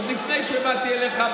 עוד לפני שבאתי אליך,